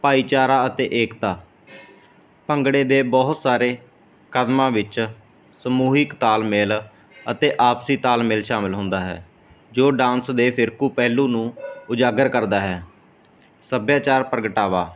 ਭਾਈਚਾਰਾ ਅਤੇ ਏਕਤਾ ਭੰਗੜੇ ਦੇ ਬਹੁਤ ਸਾਰੇ ਕਦਮਾਂ ਵਿੱਚ ਸਮੂਹਿਕ ਤਾਲਮੇਲ ਅਤੇ ਆਪਸੀ ਤਾਲਮੇਲ ਸ਼ਾਮਲ ਹੁੰਦਾ ਹੈ ਜੋ ਡਾਂਸ ਦੇ ਫਿਰਕੂ ਪਹਿਲੂ ਨੂੰ ਉਜਾਗਰ ਕਰਦਾ ਹੈ ਸੱਭਿਆਚਾਰ ਪ੍ਰਗਟਾਵਾ